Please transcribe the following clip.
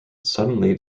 suddenly